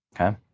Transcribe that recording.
Okay